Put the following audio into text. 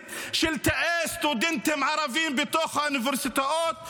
של תאי סטודנטים ערבים בתוך האוניברסיטאות,